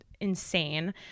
insane